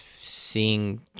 seeing